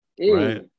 right